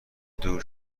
دور